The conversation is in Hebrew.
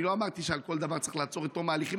אני לא אמרתי שעל כל דבר צריך לעצור עד תום ההליכים,